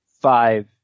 five